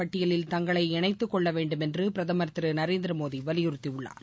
பட்டியலில் தங்களை இணைத்துக்கொள்ளவேண்டும் என்று பிரதமர் திரு நரேந்திரமோடி வலியுறுத்தியுள்ளார்